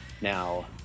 Now